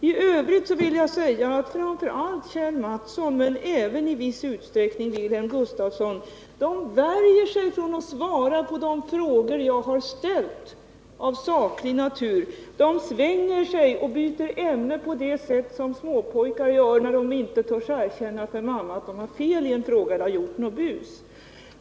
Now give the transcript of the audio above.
I övrigt vill jag säga att framför allt Kjell Mattsson men även i viss utsträckning Wilhelm Gustafsson värjer sig mot att svara på de frågor jag har ställt av saklig natur. De svänger sig och byter ämne på det sätt som småpojkar gör när de inte törs erkänna för mamma att de har fel eller har gjort något bus.